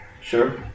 Sure